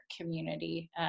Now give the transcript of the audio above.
community